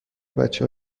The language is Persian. بچه